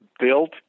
built